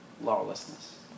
lawlessness